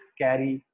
carry